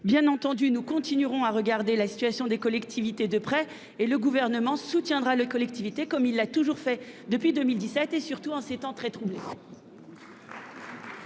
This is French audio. Bien entendu, nous continuerons à regarder la situation des collectivités de près. Le Gouvernement soutiendra les collectivités, comme il l'a toujours fait depuis 2017, et surtout en ces temps très troublés.